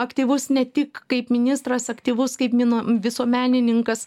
aktyvus ne tik kaip ministras aktyvus kaip mino visuomenininkas